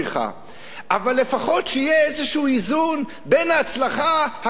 אבל לפחות שיהיה איזה איזון מול ההצלחה הכספית שלך.